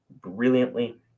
brilliantly